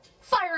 fire